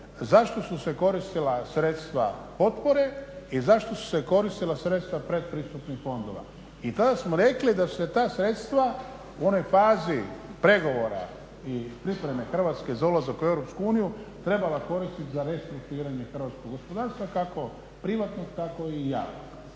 zašto su se koristila sredstva potpore i zašto su se koristila sredstva pretpristupnih fondova i tada smo rekli da su se ta sredstva u onoj fazi pregovora i pripreme Hrvatske za ulazak u Europsku uniju trebala koristiti za restrukturiranje hrvatskog gospodarstva, kako privatnog tako i javnog.